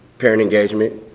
parent engagement,